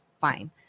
Fine